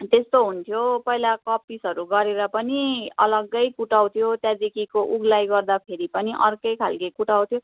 त्यस्तो हुन्थ्यो पहिला कपिसहरू गरेर पनि अलगै कुटाउँथ्यो त्यहाँदेखिको उग्लाई गर्दा फेरि पनि अर्कै खालके कुटाउँथ्यो